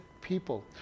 people